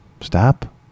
stop